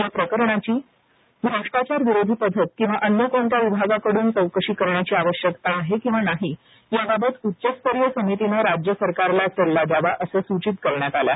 या प्रकरणाची भ्रष्टाचार विरोधी पथक किंवा अन्य कोणत्या विभागाकडून चौकशी करण्याची आवश्यकता आहे किंवा नाही याबाबत उच्चस्तरीय समितीने राज्य सरकारला सल्ला द्यावा असे सूचित करण्यात आले आहे